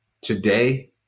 Today